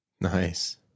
Nice